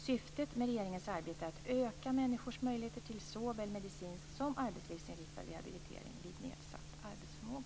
Syftet med regeringens arbete är att öka människors möjligheter till såväl medicinsk som arbetslivsinriktad rehabilitering vid nedsatt arbetsförmåga.